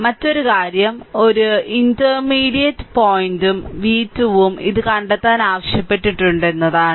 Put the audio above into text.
മറ്റൊരു കാര്യം ഒരു ഇന്റർമീഡിയറ്റ് പോയിന്റ് v2 ഉം ഇത് കണ്ടെത്താൻ ആവശ്യപ്പെട്ടിട്ടുണ്ട് എന്നതാണ്